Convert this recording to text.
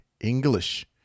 English